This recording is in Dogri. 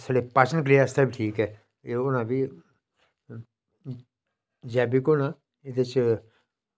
साढ़े पाचन क्रिया आस्तै बी ठीक ऐ एह् होना बी जैविक होना एह्दे च